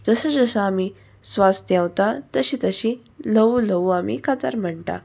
जसो जसो आमी स्वास देंवता तशी तशी ल्हवू ल्हवू आमी कांतार म्हणटा